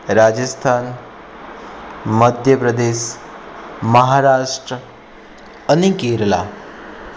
રાજસ્થાન મધ્યપ્રદેશ મહારાષ્ટ્ર અને કેરળ